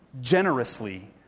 generously